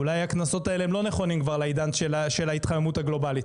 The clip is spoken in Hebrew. אולי הקנסות האלה הם לא נכונים כבר לעידן של ההתחממות הגלובלית,